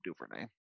DuVernay